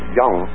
young